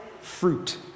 fruit